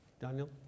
Daniel